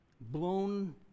blown